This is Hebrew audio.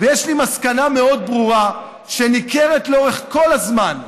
ויש לי מסקנה מאוד ברורה, שניכרת לאורך כל הזמן,